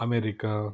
America